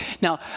Now